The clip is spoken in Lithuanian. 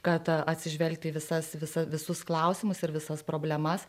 kad atsižvelgti į visas visų visus klausimus ir visas problemas